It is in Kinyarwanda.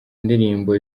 indirimbo